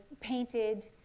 painted